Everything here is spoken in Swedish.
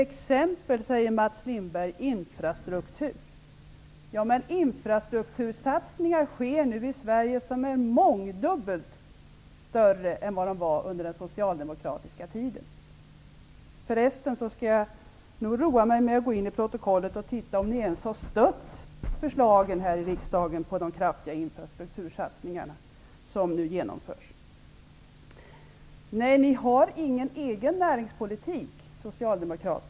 Det gäller t.ex. infrastruktur, säger Mats Lindberg. Men infrastruktursatsningar som är mångdubbelt större än vad de var under den socialdemokratiska tiden sker nu i Sverige. För resten skall jag roa mig med att gå in i protokollet och se efter om ni ens här i riksdagen har stött förslagen om de kraftiga infrastruktursatsningar som nu genomförs. Nej, Socialdemokraterna har ingen egen näringspolitik.